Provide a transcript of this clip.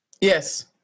Yes